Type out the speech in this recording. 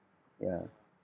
ya